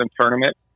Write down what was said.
tournament